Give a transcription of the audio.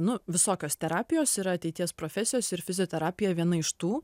nu visokios terapijos ir ateities profesijos ir fizioterapija viena iš tų